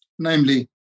namely